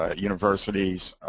ah universities,